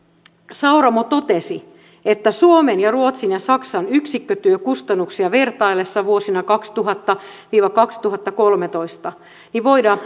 sauramo totesi että suomen ja ruotsin ja saksan yksikkötyökustannuksia vertailtaessa vuosina kaksituhatta viiva kaksituhattakolmetoista voidaan